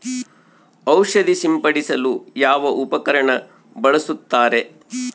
ಔಷಧಿ ಸಿಂಪಡಿಸಲು ಯಾವ ಉಪಕರಣ ಬಳಸುತ್ತಾರೆ?